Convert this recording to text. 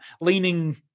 leaning